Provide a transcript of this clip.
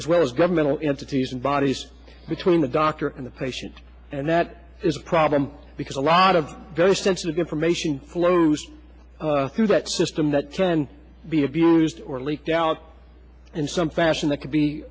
as well as governmental entities and bodies between the doctor and the patient and that is a problem because a lot of very sensitive information flows through that system that can be abused or leaked out in some fashion that could be